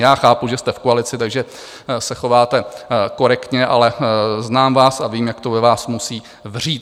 Já chápu, že jste v koalici, takže se chováte korektně, ale znám vás a vím, jak to ve vás musí vřít.